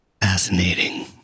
fascinating